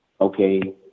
Okay